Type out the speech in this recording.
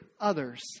others